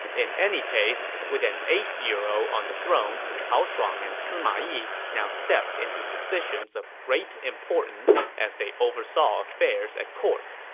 in any case, with an eight year old on the throne, cao shuang and sima yi now stepped into positions of great importance as they oversaw affairs at court.